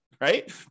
right